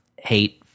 hate